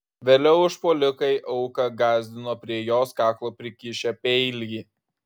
vėliau užpuolikai auką gąsdino prie jos kaklo prikišę peilį